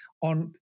on